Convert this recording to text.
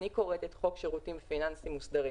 אני קוראת את חוק שירותים פיננסיים מוסדרים